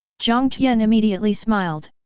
jiang tian immediately smiled.